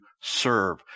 serve